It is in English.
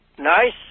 nice